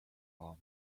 palm